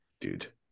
Dude